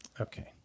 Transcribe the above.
okay